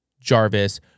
Jarvis